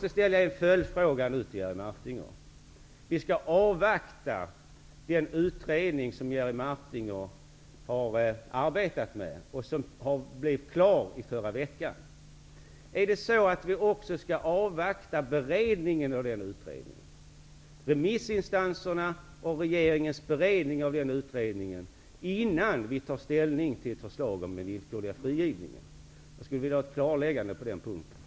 Eftersom vi skall avvakta den utredning som Jerry Martinger har arbetat med och som blev klar förra veckan, undrar jag om vi också skall avvakta remissinstansernas svar och regeringens beredning innan vi tar ställning till ett förslag om den villkorliga frigivningen. Jag önskar ett klarläggande på den punkten.